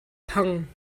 thang